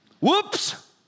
Whoops